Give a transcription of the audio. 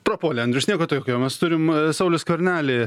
prapuolė andrius nieko tokio mes turim saulių skvernelį